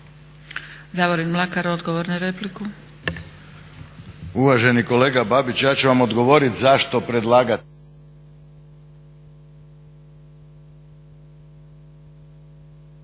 **Mlakar, Davorin (HDZ)** Uvaženi kolega Babić, ja ću vam odgovoriti zašto predlagatelj